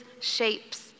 shapes